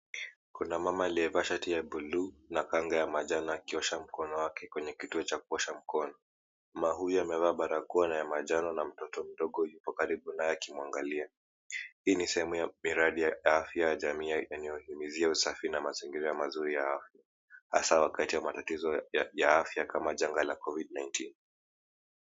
Kuna mama aliyevaa 𝑠ℎ𝑎𝑡𝑖 ya buluu na kanga ya manjano akiosha m𝑘ono wake kwenye kituo cha kuosha mkono. Mama huyu amevaa barakoa ya manjano na mtoto mdogo 𝑦𝑢𝑘o karibu naye akimwangalia. Hii ni sehemu ya miradi ya afya ya jamii ya eneo hili inahimizia usafi afya nzuri ya mazingira mazuri afya hasa ikiangazia matatizo ya afya kama janga la COVID-19.